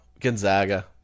Gonzaga